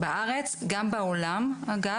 בעולם אגב.